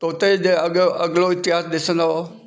तोते जो अॻु अॻियो इतिहासु ॾिसदांव